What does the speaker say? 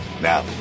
Now